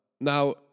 Now